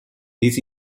this